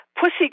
pussy